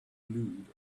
glued